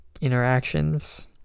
interactions